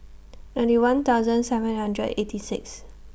ninety one thousand seven hundred eighty six